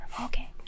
okay